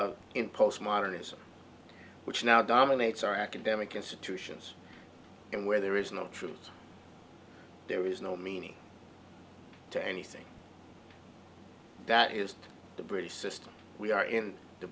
neela's in postmodernism which now dominates our academic institutions and where there is no truth there is no meaning to anything that is the british system we are in the